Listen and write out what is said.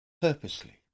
purposely